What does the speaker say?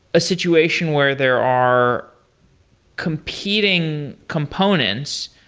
a situation where there are competing components,